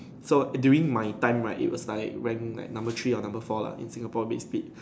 so during my time right it was like rank like number three or number four lah in Singapore Big Speed